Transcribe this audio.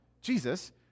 Jesus